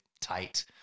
tight